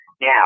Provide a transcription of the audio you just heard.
Now